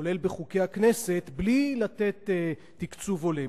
כולל בחוקי הכנסת, בלי לתת תקצוב הולם.